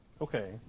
Okay